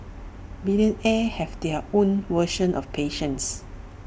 billionaires have their own version of patience